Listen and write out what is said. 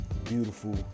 beautiful